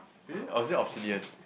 is it or is it obsidian